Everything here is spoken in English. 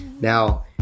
Now